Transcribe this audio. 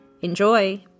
Enjoy